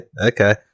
okay